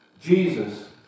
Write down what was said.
Jesus